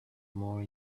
more